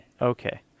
Okay